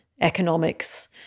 economics